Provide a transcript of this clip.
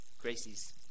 gracie's